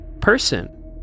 person